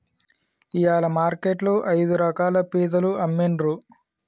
ఇయాల మార్కెట్ లో ఐదు రకాల పీతలు అమ్మిన్రు